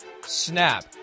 snap